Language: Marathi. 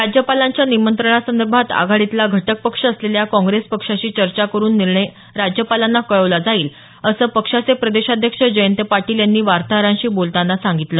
राज्यपालांच्या निमंत्रणासंदर्भात आघाडीतला घटक पक्ष असलेल्या काँग्रेस पक्षाशी चर्चा करून निर्णय राज्यपालांला कळवला जाईल असं पक्षाचे प्रदेशाध्यक्ष जयंत पाटील यांनी वार्ताहरांशी बोलतांना सांगितलं